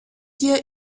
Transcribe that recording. hier